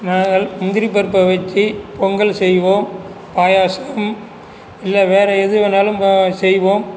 நாங்கள் முந்திரி பருப்பை வைத்து பொங்கல் செய்வோம் பாயாசம் இல்லை வேற எது வேணாலும் செய்வோம்